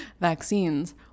vaccines